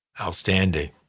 Outstanding